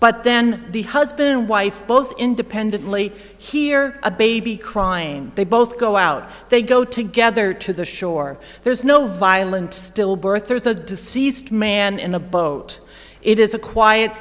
but then the husband wife both independently here a baby crying they both go out they go together to the shore there's no violent stillbirth there's a deceased man in a boat it is a quiet